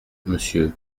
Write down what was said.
monsieur